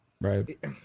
right